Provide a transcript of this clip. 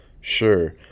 Sure